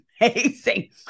amazing